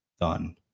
done